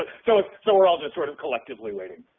but so so we're all just sort of collectively waiting.